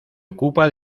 ocupa